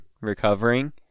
recovering